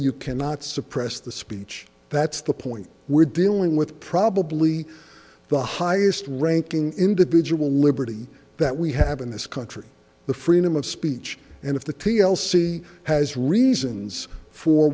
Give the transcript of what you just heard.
you cannot suppress the speech that's the point we're dealing with probably the highest ranking individual liberty that we have in this country the freedom of speech and if the t l c has reasons for